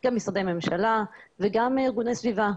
גם משרדי ממשלה וגם ארגוני סביבה.